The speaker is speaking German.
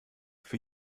für